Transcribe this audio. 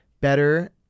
better